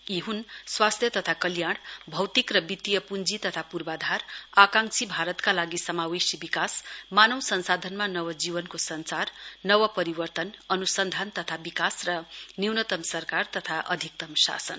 यी हन् स्वास्थ्य तथा कल्याण भौतिक र वितीय प्रञ्जी तथा पूर्वाधार आकांक्षी भारतकालागि समावेशी विकास मानव संसाधनमा नवजीवनको सञ्चार नव परिवर्तन अन्सन्धान तथा विकास र न्यूनतम् सरकार तथा अधिकतम् शासन